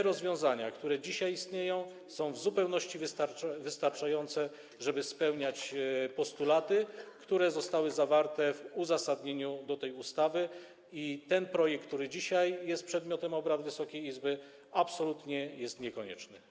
Rozwiązania, które dzisiaj istnieją, są w zupełności wystarczające, żeby spełniać postulaty, które zostały zawarte w uzasadnieniu tej ustawy, i projekt, który dzisiaj jest przedmiotem obrad Wysokiej Izby, absolutnie nie jest konieczny.